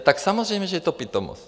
Tak samozřejmě že to je pitomost.